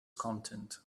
content